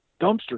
dumpster